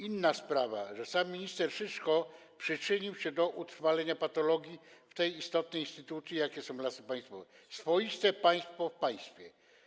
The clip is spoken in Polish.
Inna sprawa, że sam minister Szyszko przyczynił się do utrwalenia patologii w tej istotnej instytucji, jaką są Lasy Państwowe, swoiste państwo w państwie.